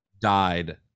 died